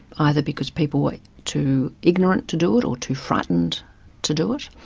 either because people were too ignorant to do it or too frightened to do it.